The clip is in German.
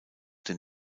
den